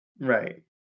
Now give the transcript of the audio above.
Right